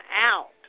out